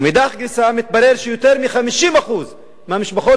ומאידך גיסא מתברר שיותר מ-50% מהמשפחות